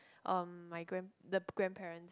uh my grand the grandparents